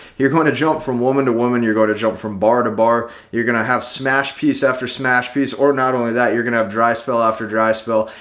you're going to jump from woman to woman, you're going to jump from bar to bar, you're going have smashed piece after smashed piece or not only that you're gonna have dry spell after dry spell,